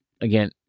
Again